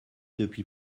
depuis